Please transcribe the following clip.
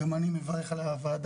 גם אני מברך על הוועדה.